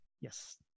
Yes